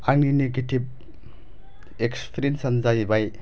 आंनि नेगेथिभ एक्सफिरियेनसआनो जाहैबाय